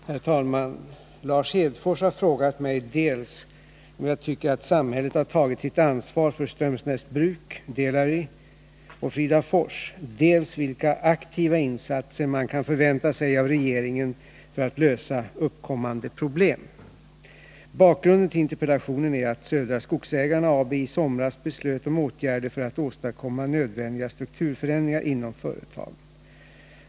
Herr talman! Lars Hedfors har frågat mig dels om jag tycker att samhället har tagit sitt ansvar för Strömsnäsbruk, Delary och Fridafors, dels vilka ”aktiva insatser” man kan förvänta sig av regeringen för att lösa upp ”uppkommande problem”. Bakgrunden till interpellationen är att Södra Skogsägarna AB i somras beslöt om åtgärder för att åstadkomma nödvändiga strukturförändringar inom företaget.